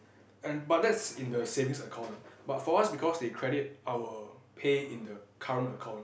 and but that's in the savings account but for us because they credit our pay in the current account